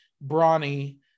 Brawny